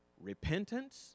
repentance